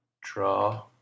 draw